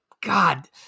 God